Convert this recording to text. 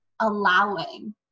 allowing